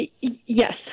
Yes